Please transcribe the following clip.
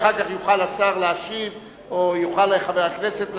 ואחר כך יוכל השר להשיב או יוכל חבר הכנסת להשיב.